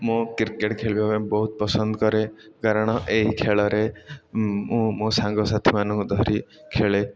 ମୁଁ କ୍ରିକେଟ୍ ଖେଳିବା ପାଇଁ ବହୁତ ପସନ୍ଦ କରେ କାରଣ ଏହି ଖେଳରେ ମୁଁ ମୋ ସାଙ୍ଗସାଥିମାନଙ୍କୁ ଧରି ଖେଳେ